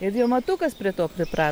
ir jau matukas prie to pripra